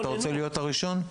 אתה רוצה להיות הראשון?